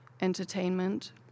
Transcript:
entertainment